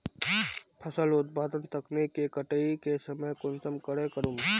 फसल उत्पादन तकनीक के कटाई के समय कुंसम करे करूम?